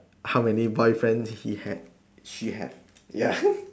how many boyfriend he had she had ya